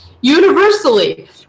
universally